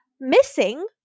missing